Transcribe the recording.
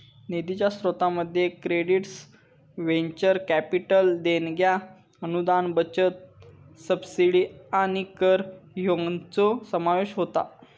निधीच्या स्रोतांमध्ये credits, venture capital देणग्या, अनुदान, बचत, सबसिडी आणि कर हयांचो समावेश होता